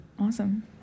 Awesome